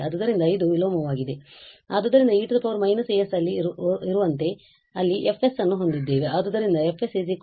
ಆದ್ದರಿಂದ ಇದು ವಿಲೋಮವಾಗಿದೆ ಆದ್ದರಿಂದ e −as ಅಲ್ಲಿ ಇರುವಂತೆ ಅಲ್ಲಿ F ಅನ್ನು ಹೊಂದಿದ್ದೇವೆ ಆದ್ದರಿಂದ F 1 s ಮತ್ತು ನಂತರ s s 21